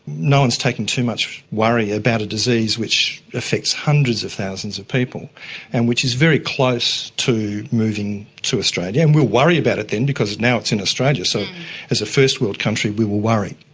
no one is taking too much worry about a disease which affects hundreds of thousands of people and which is very close to moving to australia. and we'll worry about it then because now it's in australia, so as a first world country we will worry.